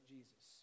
Jesus